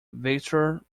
victor